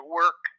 work